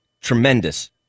Tremendous